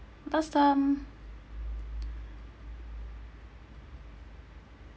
last time